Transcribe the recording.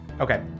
Okay